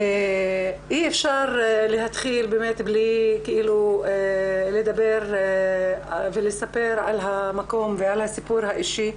אי אפשר להתחיל באמת בלי לדבר ולספר על המקום ועל הסיפור האישי,